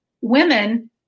Women